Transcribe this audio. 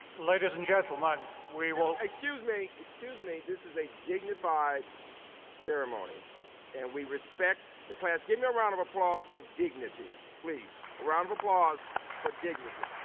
ladies and gentleman we will. excuse me, excuse me this is a dignified ceremony and we respect the class. give me a round of applause for dignity, please a round of applause for dignity.